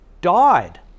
died